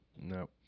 no